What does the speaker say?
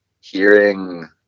hearing